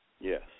Yes